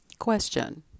question